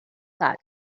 thought